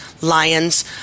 lions